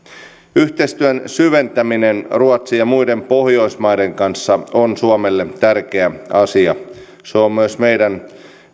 yhteistyön syventäminen ruotsin ja muiden pohjoismaiden kanssa on suomelle tärkeä asia se on myös meidän